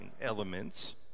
elements